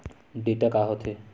Data का होथे?